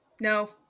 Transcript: no